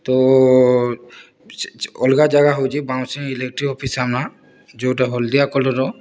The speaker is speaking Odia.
ତ ଅଲଗା ଜାଗା ହେଉଛି ବାଉଁଷି ଇଲେକ୍ଟ୍ରି ଅଫିସ୍ ସାମ୍ନା ଯେଉଁଟା ହଳଦିଆ କଲରର